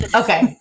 okay